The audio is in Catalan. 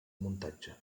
muntatge